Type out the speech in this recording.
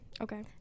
Okay